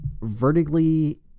vertically